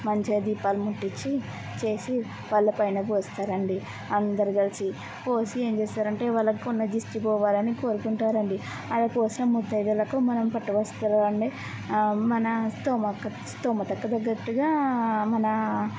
మంచిగ దీపాలు ముట్టించి చేసి వాళ్ళపైన పోస్తారండి అందరు కలిసి పోసి ఏంచేస్తారంటే వాళ్ళకున్న దిష్టి పోవాలని కోరుకుంటారండి అలా పోసిన ముత్తయిదులకు మనం పట్టువస్త్రాలని మన స్తోమక స్థోమతకు తగ్గట్టుగా మన